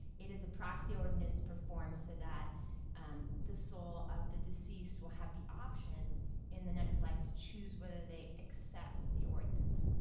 it is a proxy ordinance performed so that um the soul of the deceased will have the option in the next life to choose whether they accept the ordinance.